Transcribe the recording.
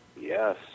Yes